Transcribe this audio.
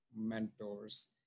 mentors